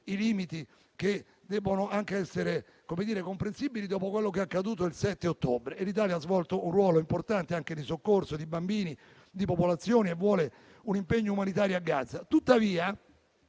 limiti, che debbono anche essere comprensibili dopo quello che è accaduto il 7 ottobre. L'Italia ha svolto un ruolo importante anche di soccorso di bambini e di popolazioni, e vuole un impegno umanitario a Gaza. Tuttavia,